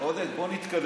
עודד, בוא נתקדם.